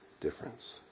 difference